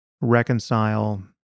reconcile